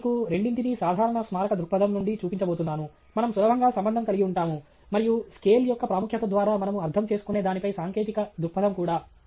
నేను మీకు రెండింటినీ సాధారణ స్మారక దృక్పథం నుండి చూపించబోతున్నాను మనం సులభంగా సంబంధం కలిగి ఉంటాము మరియు స్కేల్ యొక్క ప్రాముఖ్యత ద్వారా మనము అర్థం చేసుకునే దానిపై సాంకేతిక దృక్పథం కూడా